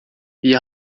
wir